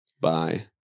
Bye